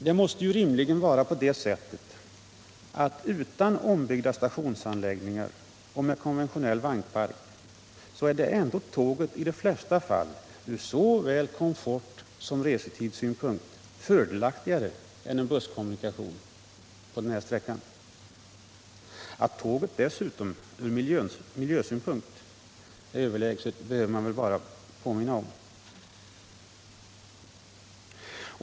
Det är ju rimligen på det sättet att utan ombyggda stationsanläggningar och med konventionell vagnpark är ändå tåget i de flesta fall från såväl komfortsom restidssynpunkt fördelaktigare än busskommunikation. Att tåg dessutom från miljösynpunkt är överlägset behöver väl bara påminnas om.